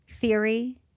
theory